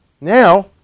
now